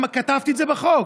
כתבתי את זה בחוק,